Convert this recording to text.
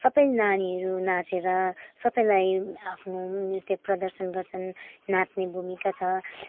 सबै नानीहरू नाचेर सबैलाई आफ्नो नृत्य प्रदर्शन गर्छन् नाच्ने भूमिका छ